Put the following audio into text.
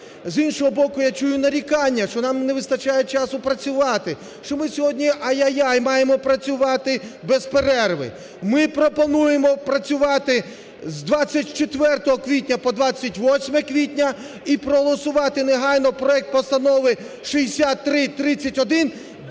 З іншого боку, я чую нарікання, що нам не вистачає часу працювати, що ми сьогодні, а-я-яй, маємо працювати без перерви. Ми пропонуємо працювати з 24 квітня по 28 квітня і проголосувати негайно проект постанови 6331,